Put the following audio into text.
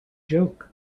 joke